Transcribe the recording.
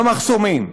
במחסומים?